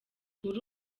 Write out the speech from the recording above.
muri